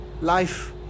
life